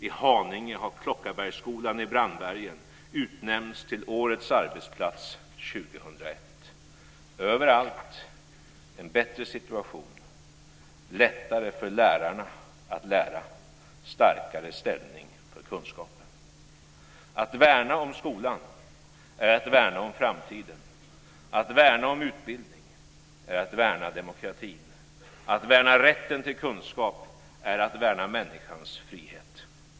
I Haninge har Klockarbergsskolan i Brandbergen utnämnts till årets arbetsplats 2001. Överallt en bättre situation, lättare för lärarna att lära och en starkare ställning för kunskapen. Att värna om skolan är att värna om framtiden. Att värna om utbildning är att värna demokratin. Att värna rätten till kunskap är att värna människans frihet.